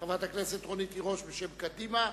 חברת הכנסת רונית תירוש בשם קדימה,